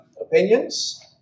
opinions